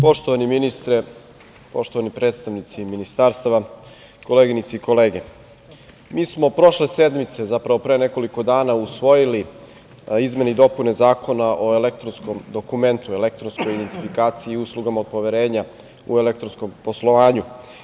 Poštovani ministre, poštovani predstavnici ministarstava, koleginice i kolege, mi smo prošle sednice, zapravo pre nekoliko dana usvojili izmene i dopune Zakona o elektronskom dokumentu, elektronskoj identifikaciji i uslugama od poverenja u elektronskom poslovanju.